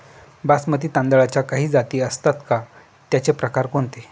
बासमती तांदळाच्या काही जाती असतात का, त्याचे प्रकार कोणते?